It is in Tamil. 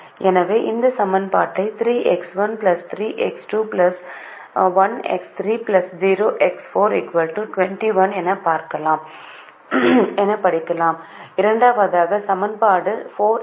எனவே இந்த சமன்பாட்டை 3X1 3X2 1X3 0X4 21 என படிக்கலாம் இரண்டாவது சமன்பாடு 4X1 3X2 0X3 1X4 24